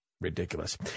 ridiculous